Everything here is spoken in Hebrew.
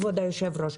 כבוד היושב-ראש,